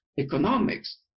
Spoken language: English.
economics